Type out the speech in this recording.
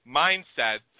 mindset